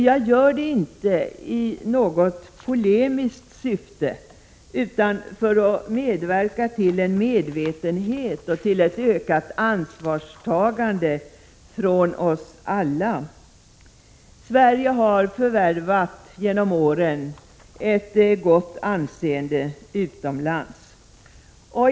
Jag gör det inte i något polemiskt syfte utan för att medverka till en medvetenhet och till ökat ansvarstagande från oss alla. Sverige har genom åren förvärvat ett gott anseende utomlands.